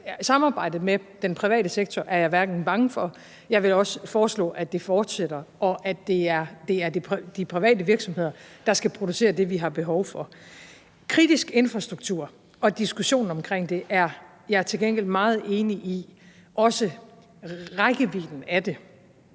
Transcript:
samarbejdet med den private sektor er jeg ikke bange for, og jeg vil også foreslå, at det fortsætter, og at det er de private virksomheder, der skal producere det, vi har behov for. Det, der bliver sagt om kritisk infrastruktur og diskussionen om det, er jeg til gengæld meget enig i, og jeg er